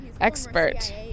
expert